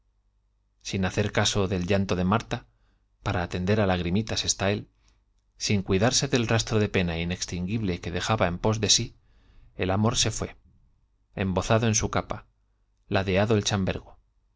sin hacer caso del llanto de marta para cuidarse del rastro de pena lagrimitas está él sin en pos de sí el amor se fué inextinguible que dejaba ladeado el chambergo